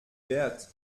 wert